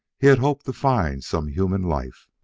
he had hoped to find some human life.